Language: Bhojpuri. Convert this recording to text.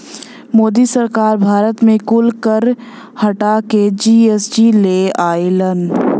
मोदी सरकार भारत मे कुल कर हटा के जी.एस.टी ले अइलन